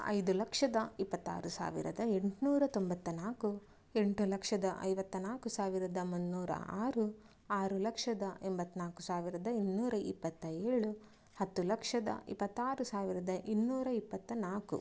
ಐದು ಲಕ್ಷದ ಇಪ್ಪತ್ತಾರು ಸಾವಿರದ ಎಂಟುನೂರ ತೊಂಬತ್ತ ನಾಲ್ಕು ಎಂಟು ಲಕ್ಷದ ಐವತ್ತ ನಾಲ್ಕು ಸಾವಿರದ ಮುನ್ನೂರ ಆರು ಆರು ಲಕ್ಷದ ಎಂಬತ್ನಾಲ್ಕು ಸಾವಿರದ ಇನ್ನೂರ ಇಪ್ಪತ್ತ ಏಳು ಹತ್ತು ಲಕ್ಷದ ಇಪ್ಪತ್ತಾರು ಸಾವಿರದ ಇನ್ನೂರ ಇಪ್ಪತ್ತ ನಾಲ್ಕು